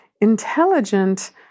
intelligent